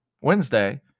Wednesday